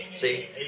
See